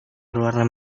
berwarna